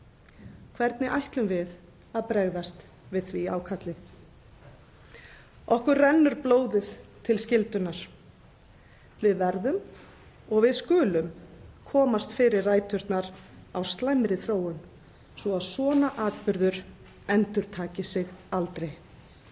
Hvernig ætlum við að verða við því ákalli? Okkur rennur blóðið til skyldunnar. Við verðum, og við skulum, komast fyrir ræturnar á slæmri þróun svo svona atburður endurtaki sig ekki.